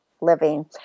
living